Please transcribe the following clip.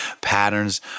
patterns